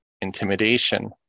intimidation